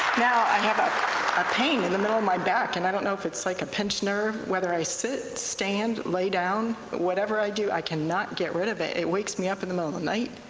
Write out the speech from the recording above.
now i have a a pain in the middle of my back, and i don't know if it's like a pinched nerve. whether i sit, stand, lay down but whatever i do, i cannot get rid of it! it wakes me up in the middle of the night,